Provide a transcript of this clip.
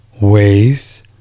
ways